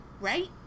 Right